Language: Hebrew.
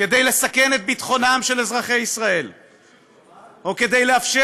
כדי לסכן את ביטחונם של אזרחי ישראל או כדי לאפשר